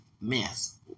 mess